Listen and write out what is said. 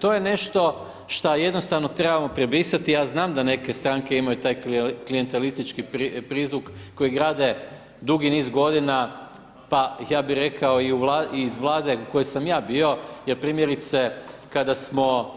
To je nešto šta jednostavno trebamo prebrisati, ja znam da neke stranke imaju taj klijentelistički prizvuk kojeg grade dugi niz godina pa ja bi rekao iz Vlade u kojoj sam ja bio jer primjerice kada smo